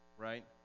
right